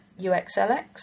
uxlx